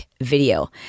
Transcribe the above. video